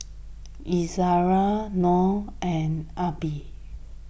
Izzara Noh and Aqilah